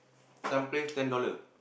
some place ten dollar